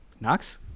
Knox